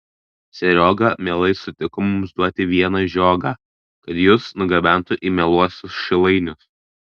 serioga mielai sutiko mums duoti vieną žiogą kad jus nugabentų į mieluosius šilainius